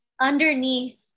underneath